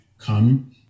come